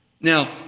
Now